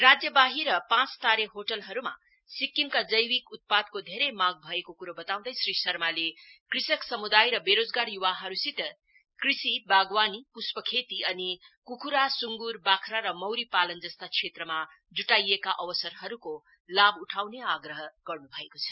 राज्यवाहिर पाँच तारे होटलहरुमा सिक्किमका जैविक उत्पादको धेरै मांग भएको कुरो वताउँदै श्री शर्माले कृषक समुदाय र वेरोजगार युवाहरुसित कृषि वागवानी पुष्पखेती कुखुरा सुँगुर वाख्रा र मौरी पालन जस्ता क्षेत्रमा जुटाइएका अवसरहरुके लाभ उठाउने आग्रह गर्नु भएको छ